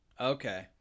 Okay